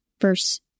verse